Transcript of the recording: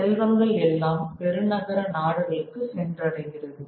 செல்வங்கள் எல்லாம் பெருநகர நாடுகளுக்கு சென்றடைகிறது